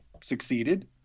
succeeded